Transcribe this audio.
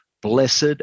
blessed